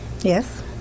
Yes